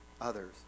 others